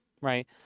right